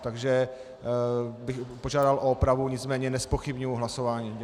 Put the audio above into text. Takže bych požádal o opravu, nicméně nezpochybňuji hlasování.